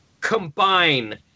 combine